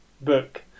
book